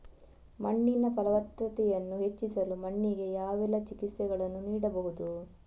ಮಣ್ಣಿನ ಫಲವತ್ತತೆಯನ್ನು ಹೆಚ್ಚಿಸಲು ಮಣ್ಣಿಗೆ ಯಾವೆಲ್ಲಾ ಚಿಕಿತ್ಸೆಗಳನ್ನು ನೀಡಬಹುದು?